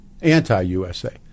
Anti-USA